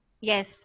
Yes